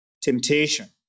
temptation